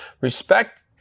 Respect